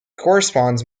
corresponds